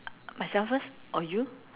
myself first or you